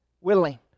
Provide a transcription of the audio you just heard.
willing